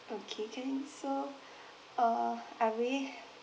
okay can so uh I'm really